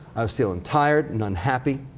i was feeling tired and unhappy.